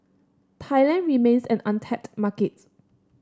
Thailand remains an untapped market